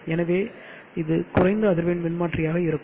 எனவே இது குறைந்த அதிர்வெண் மின்மாற்றியாக இருக்கும்